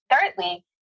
Thirdly